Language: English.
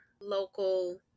local